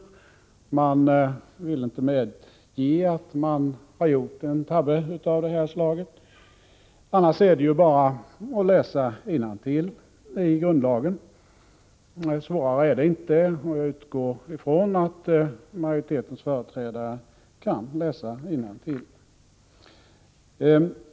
Regeringen vill inte medge att den har gjort en tabbe av detta slag — det är bara att läsa innantill i grundlagen. Svårare är det inte. Jag utgår från att majoritetens företrädare kan läsa innantill.